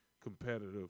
competitive